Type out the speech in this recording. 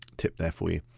tip there for you.